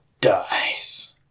dies